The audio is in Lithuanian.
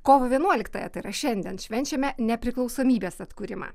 kovo vienuoliktąją tai yra šiandien švenčiame nepriklausomybės atkūrimą